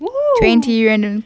!woohoo!